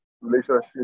relationship